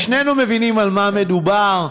שנינו מבינים על מה מדובר.